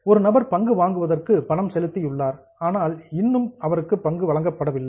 ஒரு நபர் பங்கு வாங்குவதற்கு பணம் செலுத்தியுள்ளார் ஆனால் இன்னமும் அவருக்கு பங்கு வழங்கப்படவில்லை